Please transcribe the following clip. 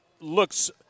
looks